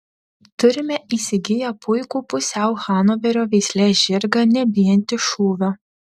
turime įsigiję puikų pusiau hanoverio veislės žirgą nebijantį šūvio